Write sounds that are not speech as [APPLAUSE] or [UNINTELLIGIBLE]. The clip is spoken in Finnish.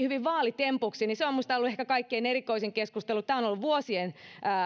[UNINTELLIGIBLE] hyvin vaalitempuksi niin se on minusta ollut ehkä kaikkein erikoisin keskustelu tämä on ollut vuosien